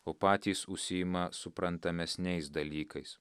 o patys užsiima suprantamesniais dalykais